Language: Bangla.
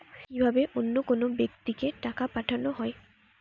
কি ভাবে অন্য কোনো ব্যাক্তিকে টাকা পাঠানো হয়?